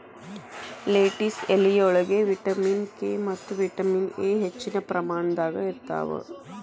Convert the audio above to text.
lettuce ಎಲಿಯೊಳಗ vitamin K ಮತ್ತ vitamin A ಹೆಚ್ಚಿನ ಪ್ರಮಾಣದಾಗ ಇರ್ತಾವ